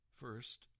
First